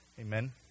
Amen